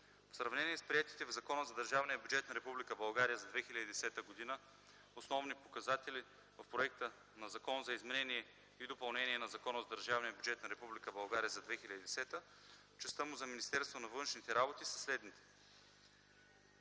В сравнение с приетите в Закона за държавния бюджет на Република България за 2010 г., основните показатели в проекта на Закон за изменение и допълнение на Закона за държавния бюджет на Република България за 2010 г. в частта му за Министерството на външните работи са следните